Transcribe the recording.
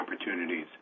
opportunities